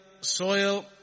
soil